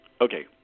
Okay